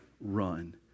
run